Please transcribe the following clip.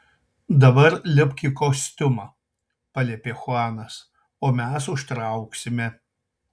dabar lipk į kostiumą paliepė chuanas o mes užtrauksime